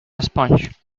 sponge